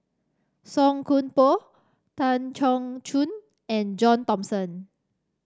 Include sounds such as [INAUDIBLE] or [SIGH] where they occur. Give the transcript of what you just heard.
Song Koon Poh Tan [UNINTELLIGIBLE] Choon and John Thomson